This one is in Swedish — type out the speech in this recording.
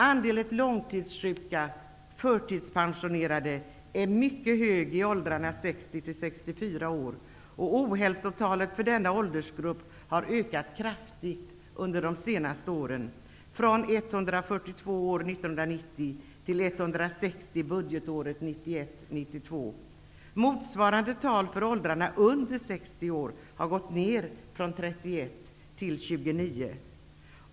Andelen långtidssjuka och förtidspensionerade är mycket hög i åldrarna 60--64 år. Ohälsotalet för denna åldersgrupp har ökat kraftigt under de senaste åren, från 142 för år 1990 till 160 för budgetåret 1991/92. Motsvarande tal för åldrarna under 60 år har gått ned från 31 till 29.